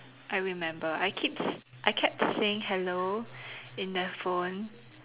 I remember I keep I kept saying hello in the phone